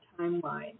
timeline